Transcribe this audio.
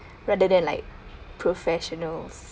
rather than like professionals